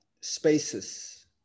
spaces